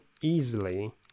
easily